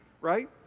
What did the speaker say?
right